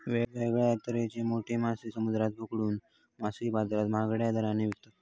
वेगळ्या तरेचे मोठे मासे समुद्रात पकडून मासळी बाजारात महागड्या दराने विकतत